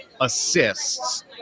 assists